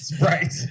Right